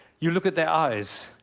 you look at their eyes.